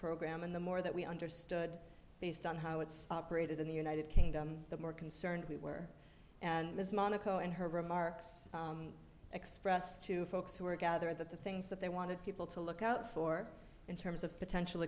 program and the more that we understood based on how it's operated in the united kingdom the more concerned we were and as monaco and her remarks expressed to folks who were gathered that the things that they wanted people to look out for in terms of potential